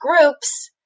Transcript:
groups